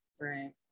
Right